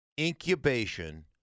incubation